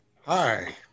Hi